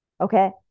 okay